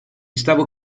stavo